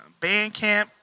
Bandcamp